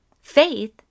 Faith